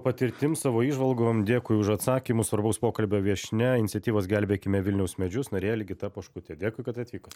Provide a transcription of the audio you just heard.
patirtim savo įžvalgom dėkui už atsakymus svarbaus pokalbio viešnia iniciatyvos gelbėkime vilniaus medžius narė ligita poškutė dėkui kad atvyko